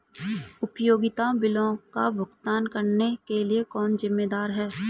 उपयोगिता बिलों का भुगतान करने के लिए कौन जिम्मेदार है?